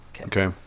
Okay